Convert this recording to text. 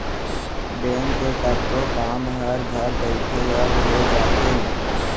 bank के कतको काम हर घर बइठे अब हो जाथे